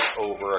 over